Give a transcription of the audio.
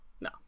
no